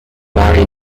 marry